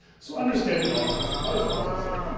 so understanding autism. what is autism?